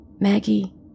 Maggie